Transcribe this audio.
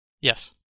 Yes